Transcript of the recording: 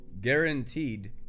guaranteed